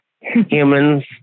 humans